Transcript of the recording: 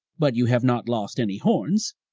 but you have not lost any horns,